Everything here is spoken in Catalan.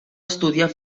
estudiar